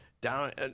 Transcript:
down